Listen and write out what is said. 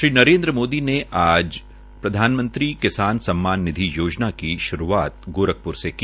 श्री नरेन्द्र मोदी ने आज प्रधानमंत्री किसान सम्मान निधि योजना का श्रूआत गोरखप्र से की